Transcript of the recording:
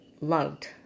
Loved